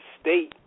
state